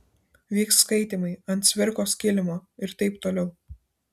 vyks skaitymai ant cvirkos kilimo ir taip toliau